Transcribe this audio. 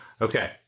Okay